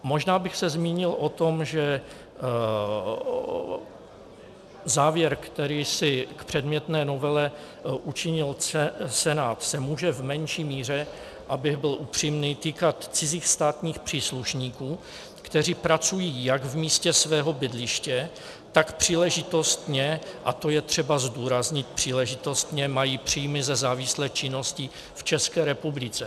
Možná bych se zmínil o tom, že závěr, který si k předmětné novele učinil Senát, se může v menší míře, abych byl upřímný, týkat cizích státních příslušníků, kteří pracují jak v místě svého bydliště, tak příležitostně a to je třeba zdůraznit příležitostně mají příjmy ze závislé činnosti v České republice.